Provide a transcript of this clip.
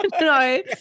No